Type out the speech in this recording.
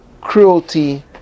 cruelty